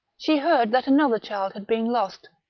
she heard that another child had been lost,